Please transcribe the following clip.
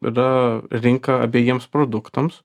yra rinka abejiems produktams